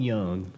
Young